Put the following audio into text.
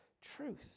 truth